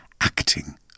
acting